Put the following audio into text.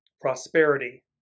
prosperity